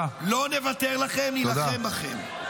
לא נוותר לכם, נילחם בכם.